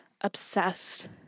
obsessed